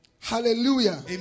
Hallelujah